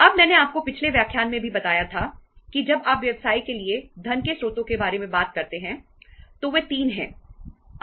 अब मैंने आपको पिछले व्याख्यान में भी बताया था कि जब आप व्यवसाय के लिए धन के स्रोतों के बारे में बात करते हैं तो वे 3 हैं